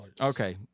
Okay